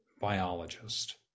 biologist